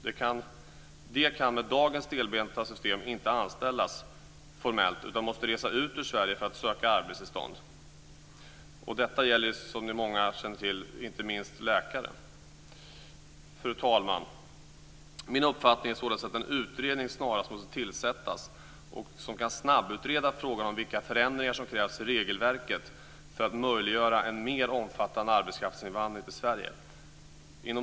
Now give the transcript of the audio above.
De kan med dagens stelbenta system inte anställas formellt utan måste resa ut ur Sverige för att söka arbetstillstånd. Detta gäller, som många känner till, inte minst läkare. Fru talman! Min uppfattning är således att en utredning snarast måste tillsättas som kan snabbutreda frågan om vilka förändringar som krävs i regelverket för att möjliggöra en mer omfattande arbetskraftsinvandring till Sverige.